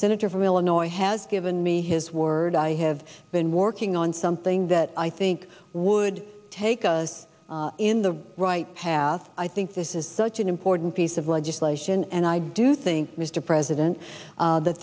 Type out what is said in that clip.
senator from illinois has given me his word i have been working on something that i think would take us in the right path i think this is such an important piece of legislation and i do think mr president that th